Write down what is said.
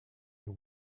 you